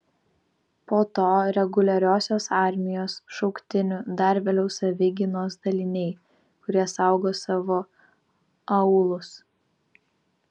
po to reguliariosios armijos šauktinių dar vėliau savigynos daliniai kurie saugo savo aūlus